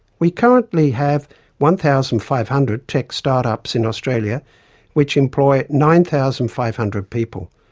we currently have one thousand five hundred tech start-ups in australia which employ nine thousand five hundred people.